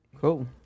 Cool